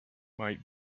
might